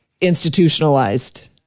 institutionalized